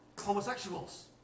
homosexuals